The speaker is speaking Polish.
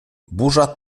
burza